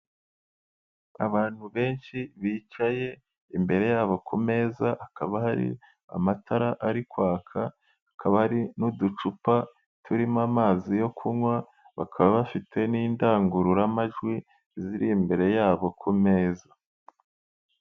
Abantu benshi bicaye imbere yabo ku meza hakaba hari amatara ari kwaka, hakaba hari n'uducupa turimo amazi yo kunywa, bakaba bafite n'indangururamajwi ziri imbere yabo ku meza.